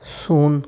soon